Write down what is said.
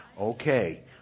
Okay